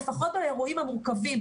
לפחות באירועים המורכבים,